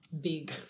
big